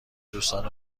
دوستان